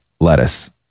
lettuce